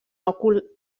òcul